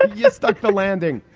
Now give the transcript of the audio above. yes. stuck the landing.